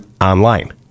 online